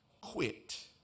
quit